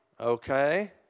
Okay